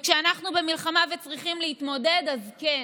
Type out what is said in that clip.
וכשאנחנו במלחמה וצריכים להתמודד, אז כן,